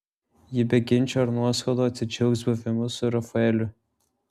ji be ginčų ar nuoskaudų atsidžiaugs buvimu su rafaeliu